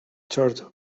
third